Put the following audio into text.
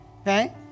Okay